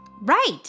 Right